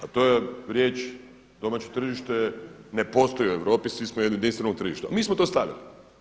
A to je riječ domaće tržište ne postoji u Europi, svi smo jedno jedinstveno tržište, a mi smo to stavili.